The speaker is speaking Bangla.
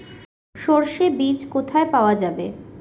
সর্ষে বিজ কোথায় পাওয়া যাবে?